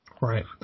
Right